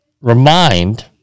remind